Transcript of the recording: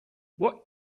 what